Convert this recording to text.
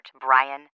Brian